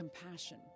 compassion